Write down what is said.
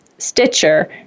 Stitcher